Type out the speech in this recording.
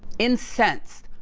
incensed,